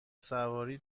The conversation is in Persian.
سواری